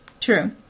True